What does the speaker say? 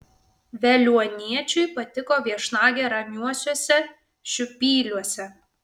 veliuoniečiui patiko viešnagė ramiuosiuose šiupyliuose